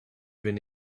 been